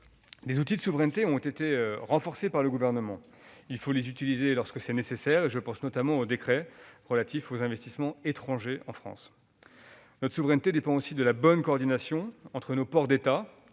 Des outils de souveraineté ont été renforcés par le Gouvernement. Il faut les utiliser lorsque cela est nécessaire- je pense notamment au décret relatif aux investissements étrangers en France. Notre souveraineté dépend aussi de la bonne coordination entre nos ports d'État